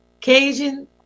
Cajun